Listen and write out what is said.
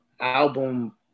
album